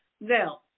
Now